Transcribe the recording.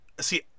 See